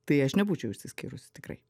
tai aš nebūčiau išsiskyrusi tikrai